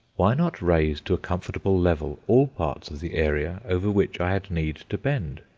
why not raise to a comfortable level all parts of the area over which i had need to bend?